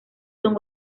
son